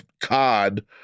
cod